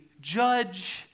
judge